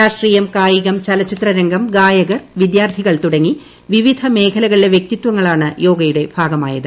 രാഷ്ട്രീയം കായികം ചലച്ചിത്ര രംഗം ഗായകർ വിദ്യാർത്ഥികൾ തുടങ്ങി വിവിധ മേഖലകളിലെ വ്യക്തിത്വങ്ങളാണ് യോഗയുടെ ഭാഗമായത്